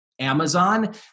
Amazon